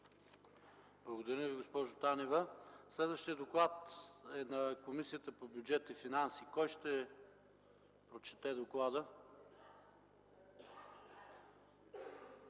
Благодаря Ви, госпожо Танева. Следващият доклад е на Комисията по бюджет и финанси. Кой ще прочете доклада?